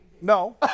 No